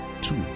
two